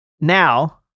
Now